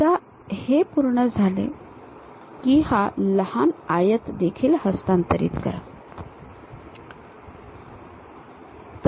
एकदा हे पूर्ण झाले की हा लहान आयत देखील हस्तांतरित करा जो तेथे नाही